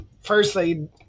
firstly